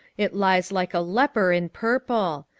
it lies like a leper in purple.